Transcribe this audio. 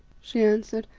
she answered,